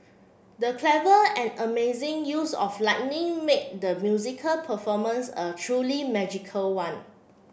the clever and amazing use of lighting made the musical performance a truly magical one